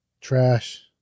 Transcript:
trash